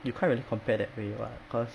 you can't really compare that way [what] cause